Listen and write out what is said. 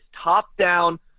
top-down